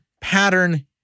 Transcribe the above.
pattern